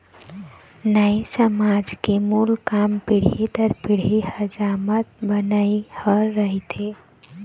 नाई समाज के मूल काम पीढ़ी दर पीढ़ी हजामत बनई ह रहिथे